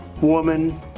woman